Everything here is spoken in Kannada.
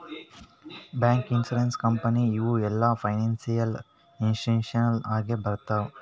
ಬ್ಯಾಂಕ್, ಇನ್ಸೂರೆನ್ಸ್ ಕಂಪನಿ ಇವು ಎಲ್ಲಾ ಫೈನಾನ್ಸಿಯಲ್ ಇನ್ಸ್ಟಿಟ್ಯೂಷನ್ ನಾಗೆ ಬರ್ತಾವ್